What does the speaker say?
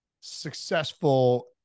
successful